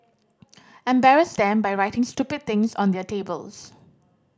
embarrass them by writing stupid things on their tables